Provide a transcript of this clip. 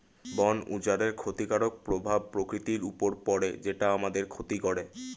বন উজাড়ের ক্ষতিকারক প্রভাব প্রকৃতির উপর পড়ে যেটা আমাদের ক্ষতি করে